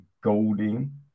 Golding